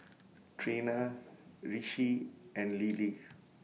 Trina Ricci and Lilie